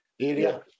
area